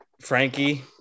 Frankie